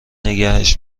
نگهش